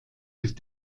ist